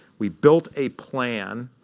we built a plan